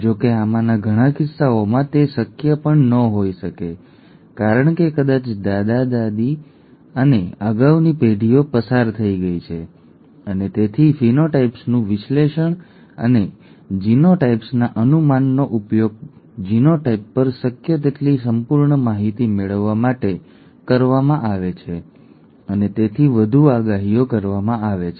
જો કે આમાંના ઘણા કિસ્સાઓમાં તે શક્ય પણ ન હોઈ શકે કારણ કે કદાચ દાદા દાદી અને અગાઉની પેઢીઓ પસાર થઈ ગઈ છે અને તેથી ફેનોટાઈપ્સનું વિશ્લેષણ અને જીનોટાઈપ્સના અનુમાનનો ઉપયોગ જીનોટાઈપ પર શક્ય તેટલી સંપૂર્ણ માહિતી મેળવવા માટે કરવામાં આવે છે અને તેથી વધુ આગાહીઓ કરવામાં આવે છે